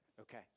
Okay